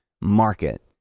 market